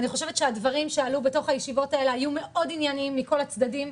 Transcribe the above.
אני חושבת שהדברים שעלו בתוך הישיבות האלו היו מאוד עניינים מכל הצדדים.